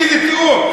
איזה תיאור.